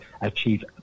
achieve